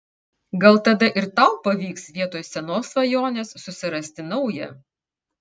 gal tada ir tau pavyks vietoj senos svajonės susirasti naują